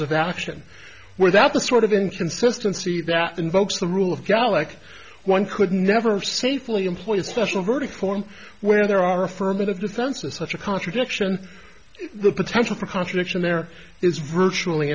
of action without the sort of inconsistency that invokes the rule of gallic one could never safely employ a special verdict form where there are affirmative defenses such a contradiction the potential for contradiction there is virtually